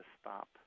stop